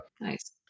nice